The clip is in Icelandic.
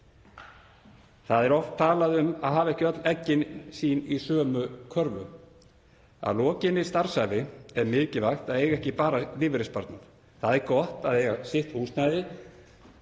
Það er oft talað um að hafa ekki öll eggin sín í sömu körfu. Að lokinni starfsævi er mikilvægt að eiga ekki bara lífeyrissparnað. Það er gott að eiga sitt húsnæði.